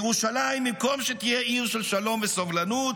ירושלים, במקום שתהיה עיר של שלום וסובלנות,